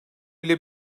bile